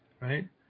Right